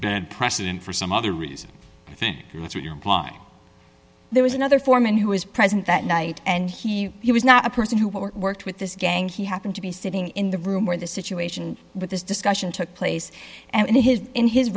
bad precedent for some other reason i think that's what you're implying there was another foreman who was present that night and he he was not a person who worked with this gang he happened to be sitting in the room where the situation with this discussion took place and his in his